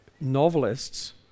novelists